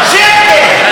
שקר,